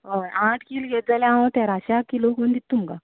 हय आठ कील घेत जाल्यार हांव तेराश्याक किलो करून दितां तुमका हांव